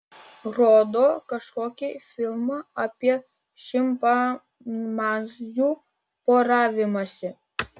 rodo kažkokį filmą apie šimpanzių poravimąsi